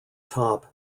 top